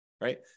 right